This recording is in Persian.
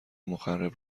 مخرب